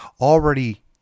already